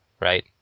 Right